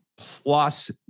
plus